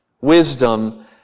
Wisdom